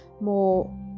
more